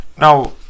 now